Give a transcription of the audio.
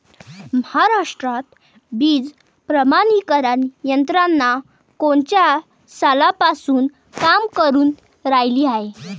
महाराष्ट्रात बीज प्रमानीकरण यंत्रना कोनच्या सालापासून काम करुन रायली हाये?